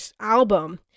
album